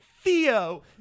Theo